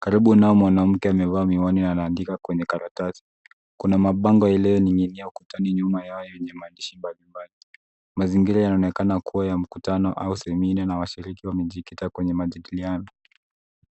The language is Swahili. karibu nao mwanamke amevaa miwani na anaandika kwenye karatasi kuna mabango yaliyoninginia ukutani nyuma yao yenye maandishi mbalimbali ,mazingira yanaonekana kuwa ya mkutano au seminar na washiriki wamejikita kwenye majadiliano.